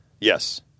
Yes